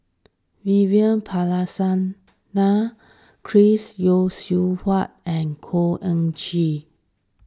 Vivian Balakrishnan Chris Yeo Siew Hua and Khor Ean Ghee